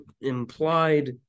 implied